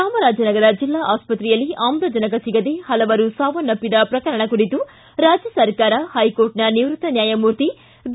ಚಾಮರಾಜನಗರ ಜಿಲ್ಲಾ ಆಸ್ಪತ್ರೆಯಲ್ಲಿ ಆಮ್ಲಜನಕ ಸಿಗದೆ ಹಲವರು ಸಾವನ್ನಪ್ಪದ ಪ್ರಕರಣ ಕುರಿತು ರಾಜ್ಯ ಸರ್ಕಾರ ಹೈಕೋರ್ಟ್ನ ನಿವೃತ್ತ ನ್ಯಾಯಮೂರ್ತಿ ಬಿ